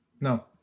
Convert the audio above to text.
No